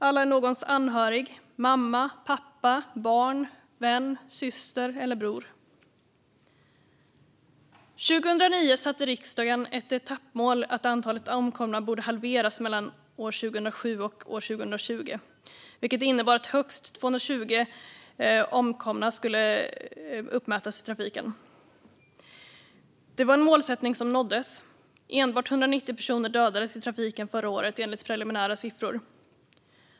Alla är någons anhörig - någons mamma, pappa, barn, vän, syster eller bror. År 2009 satte riksdagen ett etappmål om att antalet omkomna skulle halveras mellan 2007 och 2020, vilket innebar högst 220 omkomna i trafiken. Det var en målsättning som nåddes; enbart 190 personer dödades i trafiken förra året, enligt preliminära siffror.